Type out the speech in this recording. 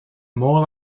more